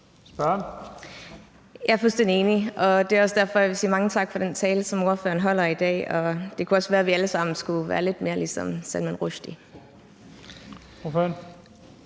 Jeg er fuldstændig enig. Det er også derfor, jeg vil sige mange tak for den tale, som ordføreren holder i dag. Det kunne også være, vi alle sammen skulle være lidt mere ligesom Salman Rushdie.